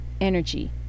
energy